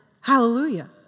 Hallelujah